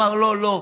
והיה אומר: לא לא,